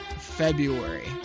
February